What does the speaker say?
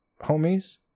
homies